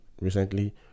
recently